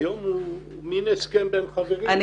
היום הוא מן הסכם בין חברים.